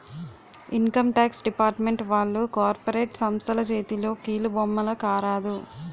income tax department వాళ్లు corporate సంస్థల చేతిలో కీలుబొమ్మల కారాదు